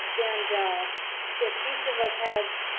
and if each of us have,